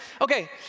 Okay